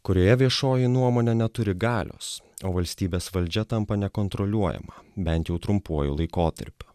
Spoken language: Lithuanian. kurioje viešoji nuomonė neturi galios o valstybės valdžia tampa nekontroliuojama bent jau trumpuoju laikotarpiu